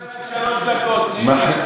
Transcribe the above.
עכשיו תקבל רק שלוש דקות, נסים.